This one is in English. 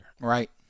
Right